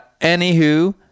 Anywho